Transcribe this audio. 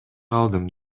калдым